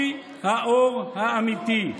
היא האור האמיתי.